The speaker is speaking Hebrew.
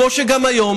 כמו שגם היום,